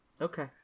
Okay